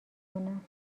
کنم